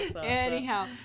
Anyhow